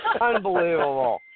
Unbelievable